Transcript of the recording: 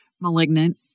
malignant